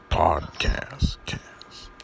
podcast